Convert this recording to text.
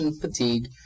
fatigue